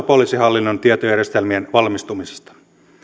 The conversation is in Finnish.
poliisihallinnon tietojärjestelmien valmistumisesta